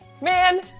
man